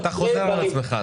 אתה חוזר על עצמך,